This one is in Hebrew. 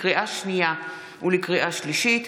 לקריאה שנייה ולקריאה שלישית: